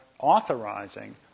authorizing